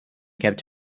kept